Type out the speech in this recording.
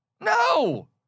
No